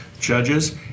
judges